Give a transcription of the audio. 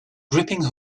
gripping